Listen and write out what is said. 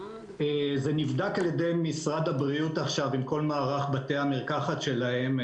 זה נבדק על ידי משרד הבריאות עם כל מערך בתי המרקחת שלהם,